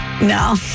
No